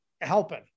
helping